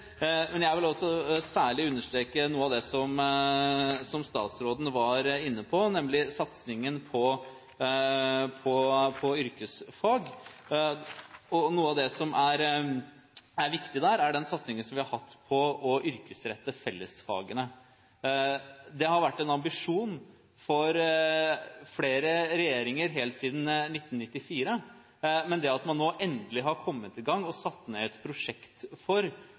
men jeg vil også særlig understreke noe av det statsråden var inne på, nemlig satsingen på yrkesfag. Noe av det som er viktig der, er den satsingen som vi har hatt på å yrkesrette fellesfagene, som har vært en ambisjon for flere regjeringer helt siden 1994. Det at man nå endelig har kommet i gang og fått et prosjekt for